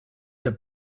the